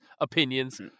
opinions